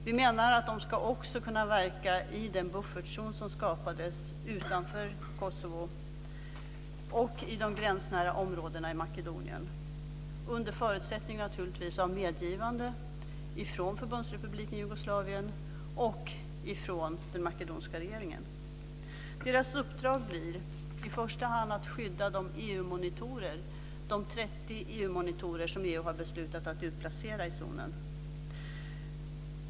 Vi menar att de också ska kunna verka i den buffertzon som skapades utanför Kosovo och i de gränsnära områdena i Makedonien, under förutsättning, naturligtvis, av medgivande från Förbundsrepubliken Jugoslavien och från den makedoniska regeringen. Deras uppdrag blir i första hand att skydda de 30 "EU-monitorer" som EU har beslutat att utplacera i zonen.